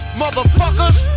motherfuckers